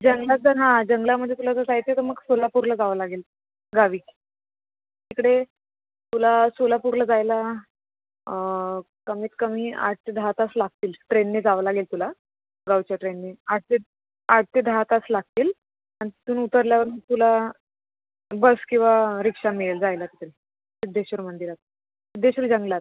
जंगलात तर हां जंगलामध्ये जर तुला जायचं आहे तर मग सोलापूरला जावं लागेल गावी तिकडे तुला सोलापूरला जायला कमीत कमी आठ ते दहा तास लागतील ट्रेनने जावं लागेल तुला गावच्या ट्रेनने आठ ते आठ ते दहा तास लागतील आणि तिथून उतरल्यावर मग तुला बस किंवा रिक्षा मिळेल जायला तिकडे सिद्धेश्वर मंदिरात सिद्धेश्वर जंगलात